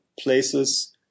places